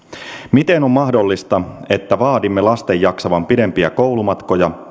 miten on mahdollista että vaadimme lasten jaksavan pidempiä koulumatkoja